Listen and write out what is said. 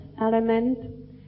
element